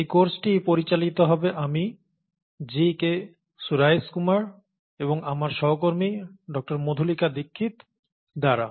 এই কোর্সটি পরিচালিত হবে আমি G K Suraishkumar এবং আমার সহকর্মী Dr Madhulika Dixit দ্বারা